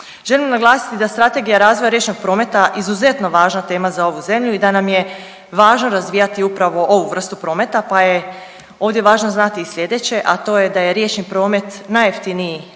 Želim naglasiti da Strategija razvoja riječnog prometa izuzetno važna tema za ovu zemlju i da nam je važno razvijati upravo ovu vrstu prometa pa je ovdje važno znati i sljedeće, a to je da je riječni promet najjeftiniji način